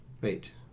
Wait